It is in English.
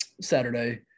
Saturday